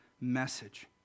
message